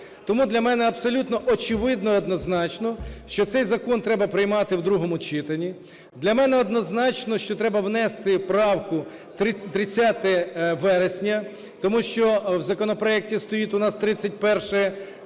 Тому для мене абсолютно очевидно і однозначно, що цей закон треба приймати в другому читанні. Для мене однозначно, що треба внести правку "30 вересня", тому що в законопроекті стоїть у на 31